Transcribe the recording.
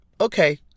okay